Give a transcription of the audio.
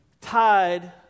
tied